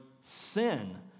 sin